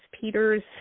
Peters